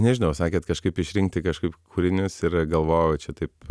nežinau sakėt kažkaip išrinkti kažkaip kūrinius ir galvojau čia taip